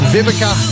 Vivica